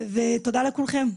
ותודה לכולכם.